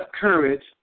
courage